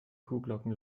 kuhglocken